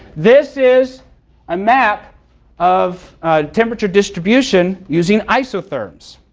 this is a map of temperature distribution using isotherms.